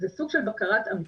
זה סוג של בקרת עמיתים,